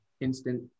instant